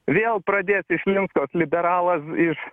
vėl pradės išrinktas liberalas iš